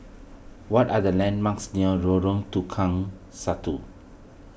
what are the landmarks near Lorong Tukang Satu